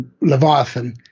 Leviathan